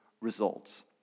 results